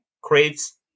creates